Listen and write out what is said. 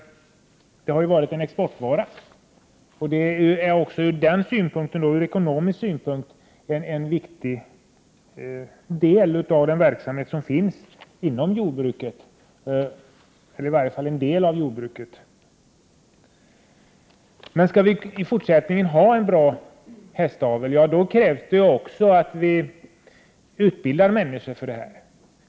De har varit en exportvara. De är också ur ekonomisk synpunkt en viktig del av den verksamhet som bedrivs inom jordbruket. Skall vi i fortsättningen ha en bra hästavel krävs det också att vi utbildar människor för det.